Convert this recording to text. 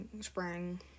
spring